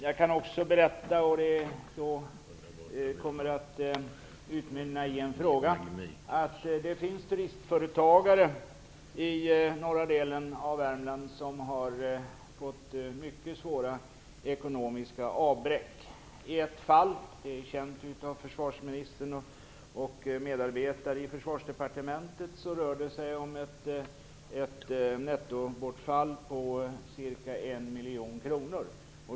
Jag kan också berätta - vilket kommer att utmynna i en fråga - att det finns turistföretagare i norra delen av Värmland som har fått mycket svåra ekonomiska avbräck. I ett fall - det är känt av försvarsministern och hans medarbetare i Försvarsdepartementet - rör det sig om ett nettobortfall på ca 1 miljon kronor.